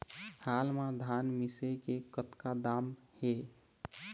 हाल मा धान मिसे के कतका दाम हे?